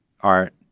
art